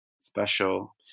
special